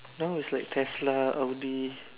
now is like tesla audi